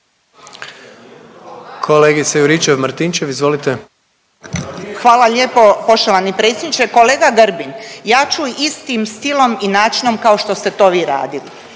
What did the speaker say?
izvolite. **Juričev-Martinčev, Branka (HDZ)** Hvala lijepo poštovani predsjedniče. Kolega Grbin, ja ću istim silom i načinom kao što ste to vi radili.